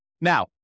Now